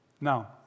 Now